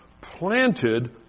planted